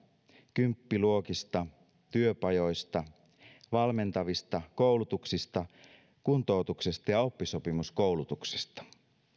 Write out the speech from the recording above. kymppiluokista työpajoista valmentavista koulutuksista kuntoutuksesta ja oppisopimuskoulutuksesta